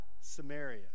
Samaria